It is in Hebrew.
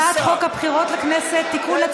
הצעת חוק הבחירות לכנסת (תיקון,